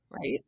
Right